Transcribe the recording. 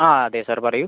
ആ അതെ സാർ പറയൂ